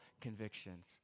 convictions